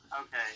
Okay